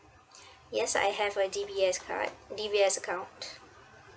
yes I have a D_B_S card D_B_S account